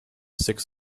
six